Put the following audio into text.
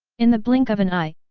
in the blink of an eye,